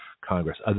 Congress